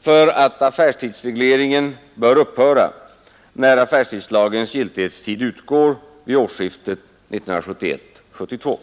för att affärstidsregleringen bör upphöra när affärstidslagens giltighetstid utgår vid årsskiftet 1971—1972.